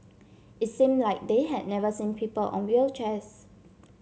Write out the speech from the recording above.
it seemed like they had never seen people on wheelchairs